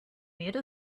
made